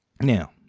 Now